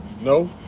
No